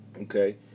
okay